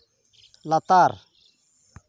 ᱞᱟᱛᱟᱨ